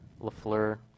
LaFleur